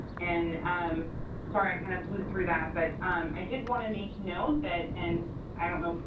and um sorry, i kind of blew through that, but i did want to make note that, and i don't know,